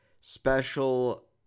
special